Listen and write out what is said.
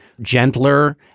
gentler